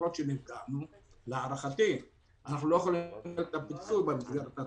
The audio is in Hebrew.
למרות שנפגענו להערכתי אנחנו לא יכולים לקבל את הפיצוי במסגרת הרגילה.